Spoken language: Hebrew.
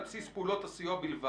אז בסדר.